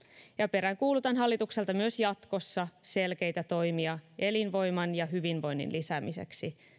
peräänkuulutan hallitukselta myös jatkossa selkeitä toimia elinvoiman ja hyvinvoinnin lisäämiseksi